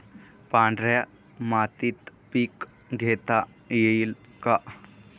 पांढऱ्या मातीत पीक घेता येईल का?